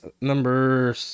number